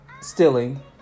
stealing